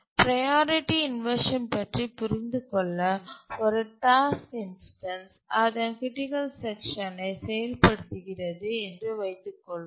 priority inversion பற்றி புரிந்துகொள்ள ஒரு டாஸ்க் இன்ஸ்டன்ஸ் அதன் க்ரிட்டிக்கல் செக்ஷனை செயல்படுத்துகிறது என்று வைத்துக் கொள்வோம்